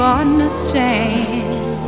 understand